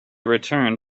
returned